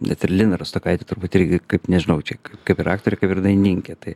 net ir lina rastokaitė turbūt irgi kaip nežinau čia kaip ir aktorė kaip ir dainininkė tai